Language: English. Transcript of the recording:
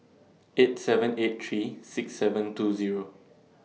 eight seven eight three six seven two Zero